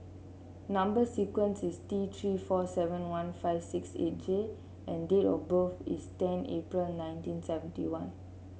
number sequence is T Three four seven one five six eight J and date of birth is ten April nineteen seventy one